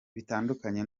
bitandukanye